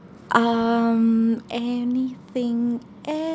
um anything else